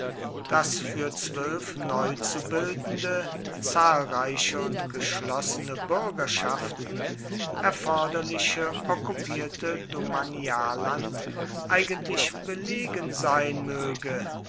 das für zwölf neu zu bildende zahlreiche und geschlossene bürgerschaften erforderliche okkupierte domanialland eigentlich belegen sein möge